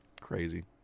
crazy